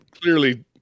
Clearly